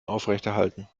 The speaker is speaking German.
aufrechterhalten